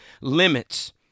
limits